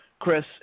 Chris